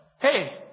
hey